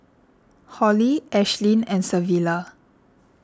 Hollie Ashlyn and Savilla